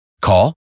Call